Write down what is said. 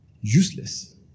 useless